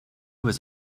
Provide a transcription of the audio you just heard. was